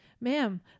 ma'am